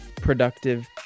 productive